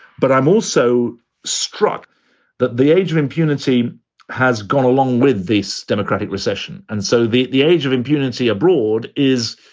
but i'm also struck that the age of impunity has gone along with this democratic recession. and so at the age of impunity abroad is.